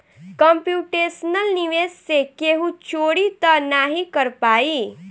computational निवेश से केहू चोरी तअ नाही कर पाई